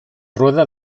rueda